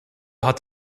hat